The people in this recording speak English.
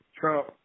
Trump